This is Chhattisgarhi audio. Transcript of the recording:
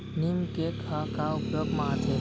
नीम केक ह का उपयोग मा आथे?